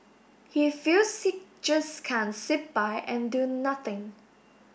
he feels he just can't sit by and do nothing